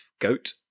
goat